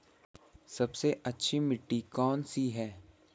सबसे अच्छी मिट्टी कौन सी है?